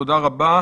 תודה רבה.